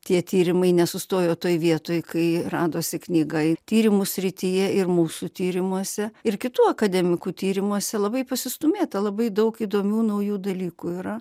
tie tyrimai nesustojo toj vietoj kai radosi knyga ir tyrimų srityje ir mūsų tyrimuose ir kitų akademikų tyrimuose labai pasistūmėta labai daug įdomių naujų dalykų yra